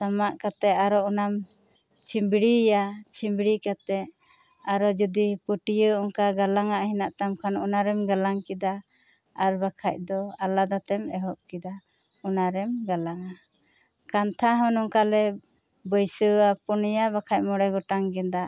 ᱥᱟᱢᱟᱜ ᱠᱟᱛᱮᱜ ᱟᱨᱚ ᱚᱱᱟᱢ ᱪᱷᱤᱸᱵᱽᱲᱤᱭᱟ ᱪᱷᱤᱸᱵᱽᱲᱤ ᱠᱟᱛᱮᱜ ᱟᱨᱚ ᱡᱩᱫᱤ ᱯᱟᱹᱴᱤᱭᱟᱹ ᱚᱱᱠᱟ ᱜᱟᱞᱟᱝᱼᱟᱜ ᱢᱮᱱᱟᱜ ᱛᱟᱢ ᱠᱷᱟᱱ ᱚᱱᱟ ᱨᱮᱢ ᱜᱟᱞᱟᱝ ᱠᱮᱫᱟ ᱟᱨ ᱵᱟᱠᱷᱟᱭ ᱫᱚ ᱟᱞᱟᱫᱟ ᱛᱮᱢ ᱮᱦᱚᱵ ᱠᱮᱫᱟ ᱚᱱᱟᱨᱮᱢ ᱜᱟᱞᱟᱝᱼᱟ ᱠᱟᱱᱛᱷᱟ ᱦᱚᱸ ᱱᱚᱝᱠᱟᱞᱮ ᱵᱟᱹᱭᱥᱟᱹᱣᱟ ᱯᱚᱱᱭᱟ ᱵᱟᱠᱷᱟᱱ ᱢᱚᱬᱮ ᱜᱚᱴᱮᱱ ᱜᱮᱫᱟᱜ